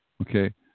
okay